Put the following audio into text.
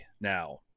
Now